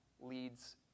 leads